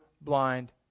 blind